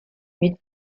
mit